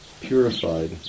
purified